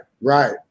Right